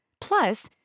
Plus